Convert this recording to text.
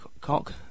cock